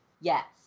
Yes